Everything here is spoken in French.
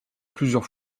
plusieurs